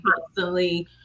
constantly